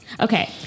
Okay